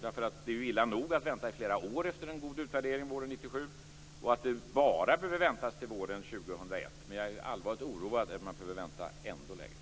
Det är illa nog att vänta flera år efter en god utvärdering våren 1997, och att man bara behöver vänta till våren 2001. Men jag är allvarligt oroad för att man behöver vänta ändå längre.